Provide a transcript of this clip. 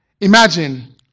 Imagine